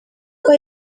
kuko